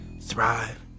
thrive